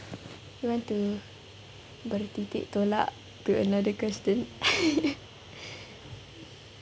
you want to bertitik tolak to another question